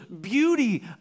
beauty